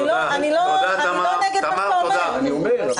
אני לא נגד מה שאתה אומר,